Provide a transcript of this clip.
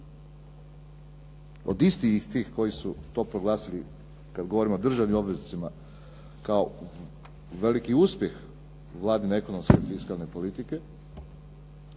od istih tih koji su to proglasili, kad govorimo o državnim obveznicama, kao veliki uspjeh Vladine ekonomske i fiskalne politike.